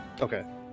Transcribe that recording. Okay